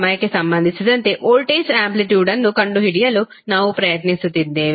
ಸಮಯಕ್ಕೆ ಸಂಬಂಧಿಸಿದಂತೆ ವೋಲ್ಟೇಜ್ ಆಂಪ್ಲಿಟ್ಯೂಡ್ನ್ನು ಕಂಡುಹಿಡಿಯಲು ನಾವು ಪ್ರಯತ್ನಿಸುತ್ತಿದ್ದೇವೆ